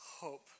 hope